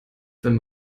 wenn